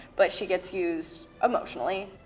but she gets used, emotionally.